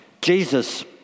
Jesus